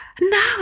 Now